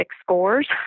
scores